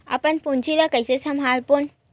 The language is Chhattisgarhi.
अपन पूंजी ला कइसे संभालबोन?